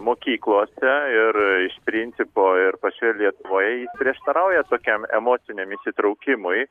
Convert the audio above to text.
mokyklose ir iš principo ir pačioje lietuvoje prieštarauja tokiam emociniam įsitraukimui